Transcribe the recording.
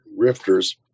rifters